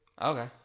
Okay